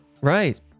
Right